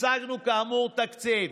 השגנו, כאמור, תקציב.